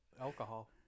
Alcohol